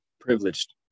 privileged